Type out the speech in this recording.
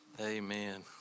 Amen